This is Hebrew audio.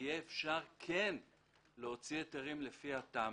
שיהיה אפשר כן להוציא היתרים לפי התמ"א